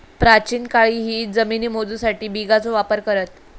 प्राचीन काळीही जमिनी मोजूसाठी बिघाचो वापर करत